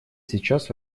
сейчас